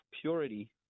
purity